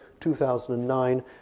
2009